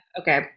Okay